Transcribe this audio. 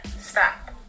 Stop